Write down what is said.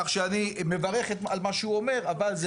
כשאני מברך את כל מה שהוא אומר אבל זה